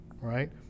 right